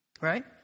right